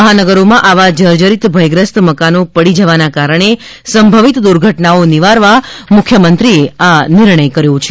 મહાનગરોમાં આવા જજરિત ભયગ્રસ્ત મકાનો પડી જવાના કારણે સંભવિત દુર્ઘટનાઓ નિવારવા મુખ્યમંત્રીએ આ નિર્ણય કર્યો છે